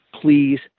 please